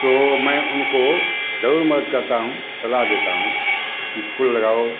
तो मैं उनको ज़रूर मदद करता हूँ सलाह देता हूँ कि फूल लगाओ